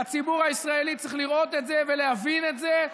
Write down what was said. והציבור הישראלי צריך לראות את זה ולהבין את זה.